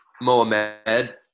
Mohamed